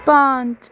پانٛژھ